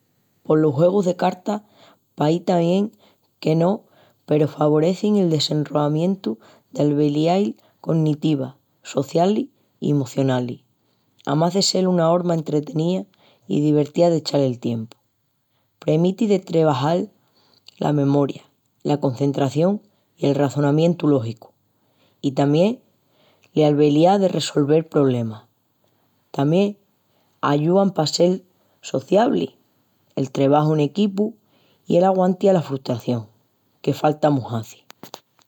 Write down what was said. Pos los juegus de cartas pahi tamién que no peru favorecin el desenroamientu d'albeliails conitivas, socialis i mocionalis, amás de sel una horma entretenía I divertía d'echal el tiempu. Premiti de trebajal la memoria, la concentración i el razonamientu lógicu, i tamién l'albeliá de ressolvel pobremas. Tamién ayúan pa sel socialbli, el trebaju en equipu i l'aguanti ala frustación, que falta mos hazi ala genti nueva d'ogañu.